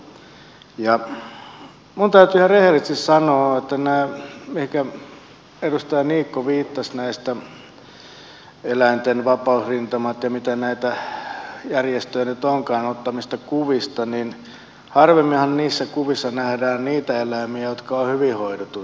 minun täytyy ihan rehellisesti sanoa näiden järjestöjen mihin edustaja niikko viittasi eläinten vapausrintaman ja mitä näitä järjestöjä nyt onkaan ottamista kuvista että harvemminhan niissä kuvissa nähdään niitä eläimiä jotka ovat hyvin hoidetuissa tarhoissa